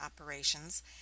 operations